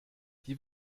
die